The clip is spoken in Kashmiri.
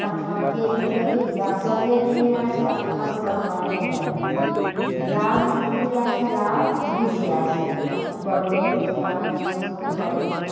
تَتھ چھ ونان کے کُنتٲجی یا سفید چیٖنی آسہِ تَتھ چھِ فصٕل بَنان واریاہ زیادٕ یا مُشکہٕ بُدٕچ آسہِ یا روٗسی آسہِ تَتھ چھِ گۄڈٕ وۄزُل أکِس دانہِ قٕسمَس وَنان گۄڈٕ وۄزُل